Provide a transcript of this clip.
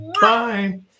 Bye